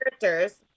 characters